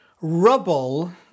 rubble